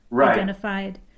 identified